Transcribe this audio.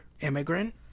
immigrant